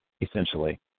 essentially